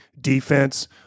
defense